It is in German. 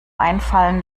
einfallen